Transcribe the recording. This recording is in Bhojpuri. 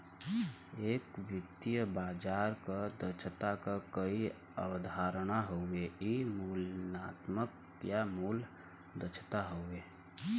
एक वित्तीय बाजार क दक्षता क कई अवधारणा हउवे इ सूचनात्मक या मूल्य दक्षता हउवे